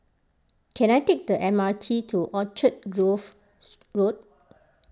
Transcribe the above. can I take the M R T to Grove Road